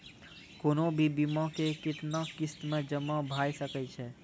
कोनो भी बीमा के कितना किस्त मे जमा भाय सके छै?